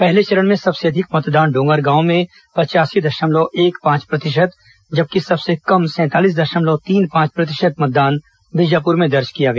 पहले चरण में सबसे अधिक मतदान डोंगरगांव में पचयासी दशमलव एक पांच प्रतिशत जबकि सबसे कम सैंतालीस दशमलव तीन पांच प्रतिशत मतदान बीजापुर में दर्ज किया गया